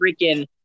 freaking